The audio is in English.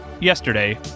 yesterday